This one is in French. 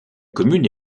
commune